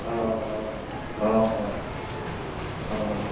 ଅ ହଁ ହଁ ହଁ ହଁ